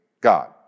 God